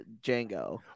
Django